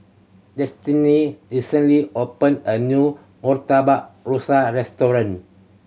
Destini recently opened a new Murtabak Rusa restaurant